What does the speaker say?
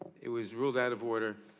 it was ruled out of order.